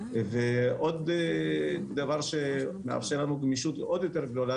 ועוד דבר שמאפשר לנו גמישות עוד יותר גדולה